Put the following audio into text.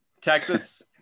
Texas